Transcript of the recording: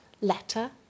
letter